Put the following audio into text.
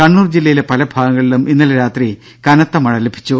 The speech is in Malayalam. കണ്ണൂർ ജില്ലയിലെ പല ഭാഗങ്ങളിലും ഇന്നലെ രാത്രി കനത്ത മഴ ലഭിച്ചു